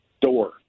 door